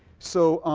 so